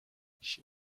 she